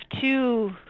two